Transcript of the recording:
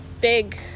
big